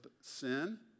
sin